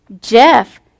Jeff